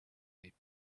eight